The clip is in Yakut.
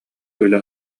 үлэ